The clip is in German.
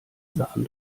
sachen